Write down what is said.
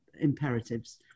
imperatives